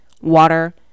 water